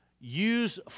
use